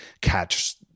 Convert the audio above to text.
catch